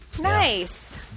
Nice